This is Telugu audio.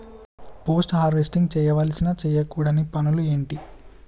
పోస్ట్ హార్వెస్టింగ్ చేయవలసిన చేయకూడని పనులు ఏంటి?